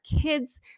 kids